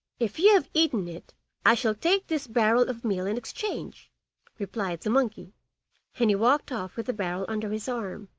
if you have eaten it i shall take this barrel of meal in exchange replied the monkey and he walked off with the barrel under his arm.